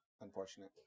unfortunate